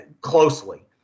closely